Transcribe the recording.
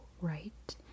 right